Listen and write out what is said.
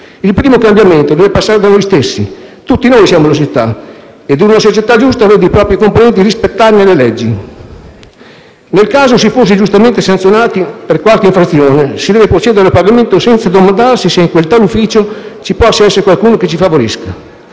Il primo cambiamento deve passare da noi stessi: tutti noi siamo la società ed una società giusta vede i propri componenti rispettarne le leggi. Nel caso si fosse giustamente sanzionati per qualche infrazione, si deve procedere al pagamento senza domandarsi se in quel tal ufficio ci possa essere qualcuno che ci favorisca.